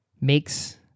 makes